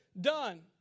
done